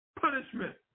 punishment